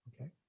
Okay